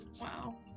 Wow